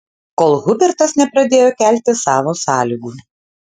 kol hubertas nepradėjo kelti savo sąlygų